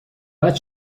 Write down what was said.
باید